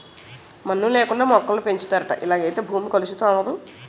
మన్ను లేకుండా మొక్కలను పెంచుతారట ఇలాగైతే భూమి కలుషితం అవదు